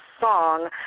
song